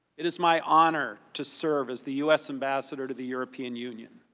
it is my honor to serve as the u s. ambassador to the european union.